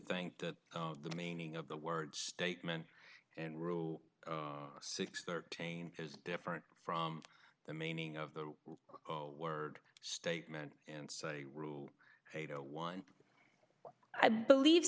think that the meaning of the word statement in rule six thirteen is different from the meaning of the word statement and say rule no one i believe